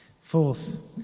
Fourth